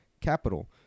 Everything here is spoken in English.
capital